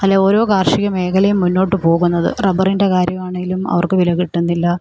അല്ലെങ്കിൽ ഓരോ കാർഷിക മേഖലയും മുന്നോട്ട് പോകുന്നത് റബറിൻ്റെ കാര്യമാണെങ്കിലും അവർക്ക് വില കിട്ടുന്നില്ല